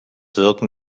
wirken